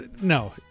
No